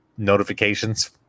notifications